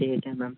ठीक है जी मैम